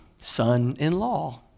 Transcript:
son-in-law